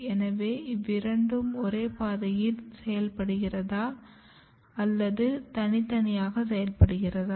எனவே இவ்விரண்டும் ஒரே பாதையில் செயல்படுகிறதா அல்லது தனித்தனியாக செயல்படுகிறதா